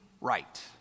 right